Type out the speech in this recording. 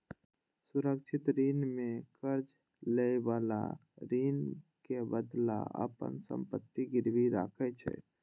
सुरक्षित ऋण मे कर्ज लएबला ऋणक बदला अपन संपत्ति गिरवी राखै छै